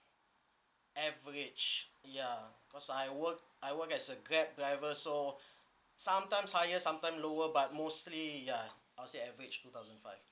average ya cause I work I work as a grab driver so sometimes higher sometime lower but mostly ya I'll say average two thousand five